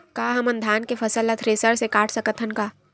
का हमन धान के फसल ला थ्रेसर से काट सकथन का?